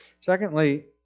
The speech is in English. Secondly